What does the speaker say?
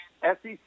SEC